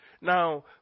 Now